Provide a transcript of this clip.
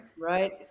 right